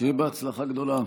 שיהיה בהצלחה גדולה.